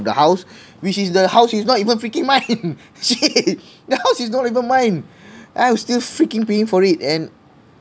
of the house which is the house is not even freaking mine shit the house is not even mine I was just freaking paying for it and